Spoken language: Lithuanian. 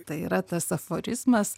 tai yra tas aforizmas